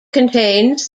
contains